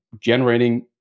generating